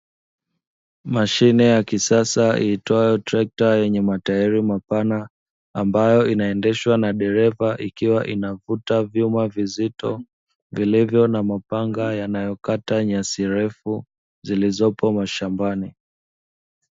Mashine ya kisasa iitwayo trekta yenye matairi mapana, ambayo inaendeshwa na dereva ikiwa inavuta vyuma vizito vilivyo na mapanga yanayokata nyasi refu zilizopo mashambani.